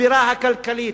הבירה הכלכלית,